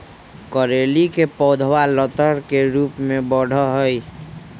करेली के पौधवा लतर के रूप में बढ़ा हई